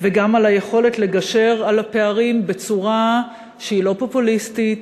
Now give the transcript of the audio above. וגם על היכולת לגשר על הפערים בצורה שהיא לא פופוליסטית,